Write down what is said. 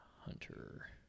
Hunter